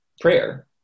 prayer